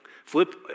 Flip